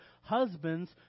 husbands